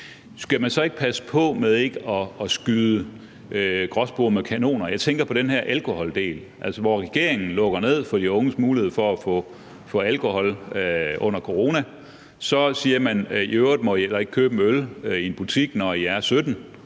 skal man så ikke passe på ikke at skyde gråspurve med kanoner? Jeg tænker på den her alkoholdel, hvor regeringen lukker ned for de unges mulighed for at få alkohol under corona, og så siger man: I øvrigt må I heller ikke købe en øl i en butik, når I er 17